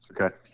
Okay